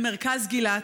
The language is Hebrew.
במרכז גילת,